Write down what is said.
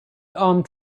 armed